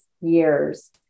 years